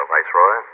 Viceroy